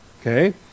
Okay